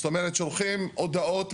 זאת אומרת שולחים הודעות,